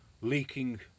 leaking